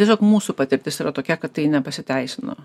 tiesiog mūsų patirtis yra tokia kad tai nepasiteisino